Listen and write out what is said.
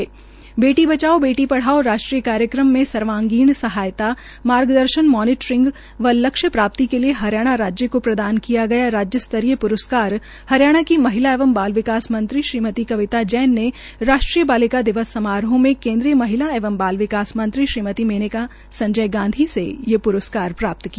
बेटी बचाओ बेटी पढ़ाओ राष्ट्रीय कार्यक्रम में सर्वागीण सहायता मार्गदर्शन मॉनिटरिंग व लक्ष्य प्राप्ति के लिए हरियाणा राज्य को प्रदान किया गया राज्य स्तरीय प्रस्कार हरियाणा की महिला एवं बाल विकास मंत्री श्रीमती कविता जैन ने राष्ट्रीय बालिका दिवस समारोह में केंद्रीय महिला एवं बाल विकास मंत्री श्रीमती मेनका संजय गांधी से ये प्रस्कार प्राप्त किया